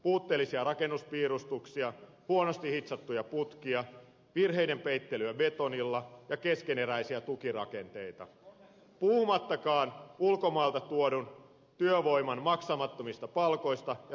puutteellisia rakennuspiirustuksia huonosti hitsattuja putkia virheiden peittelyä betonilla ja keskeneräisiä tukirakenteita puhumattakaan ulkomailta tuodun työvoiman maksamattomista palkoista ja sosiaaliturvamaksuista